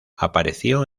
apareció